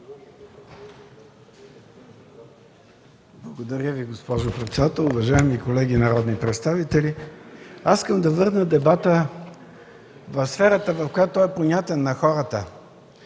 Благодаря, госпожо председател. Уважаеми колеги народни представители, искам да върна дебата в сферата, в която е понятен на хората,